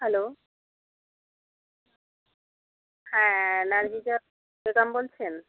hello হ্যাঁ নারগিজা বেগম বলছেন